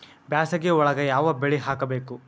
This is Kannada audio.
ಬ್ಯಾಸಗಿ ಒಳಗ ಯಾವ ಬೆಳಿ ಹಾಕಬೇಕು?